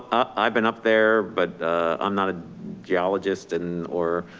i've been up there, but i'm not a geologist and, or